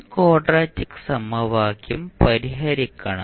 ഈ ക്വാഡ്രാറ്റിക് സമവാക്യം പരിഹരിക്കണം